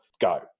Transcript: Go